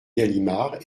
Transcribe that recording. galimard